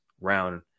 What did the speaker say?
round